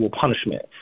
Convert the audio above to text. punishment